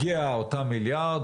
הגיעו אותם מיליארד,